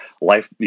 life